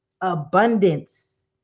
abundance